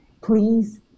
Please